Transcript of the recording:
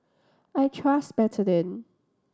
I trust Betadine